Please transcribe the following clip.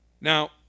Now